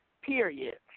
Period